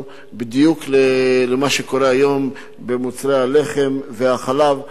בדיוק למה שקורה היום במוצרי הלחם והחלב,